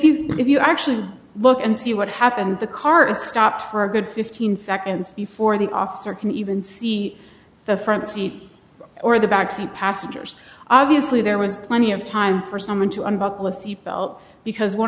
you if you actually look and see what happened the car is stopped for a good fifteen seconds before the officer can even see the front seat or the back seat passengers obviously there was plenty of time for someone to unbuckle a seat belt because one